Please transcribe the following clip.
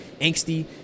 angsty